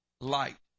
light